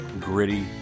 gritty